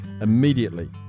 Immediately